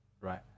right